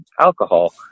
alcohol